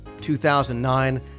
2009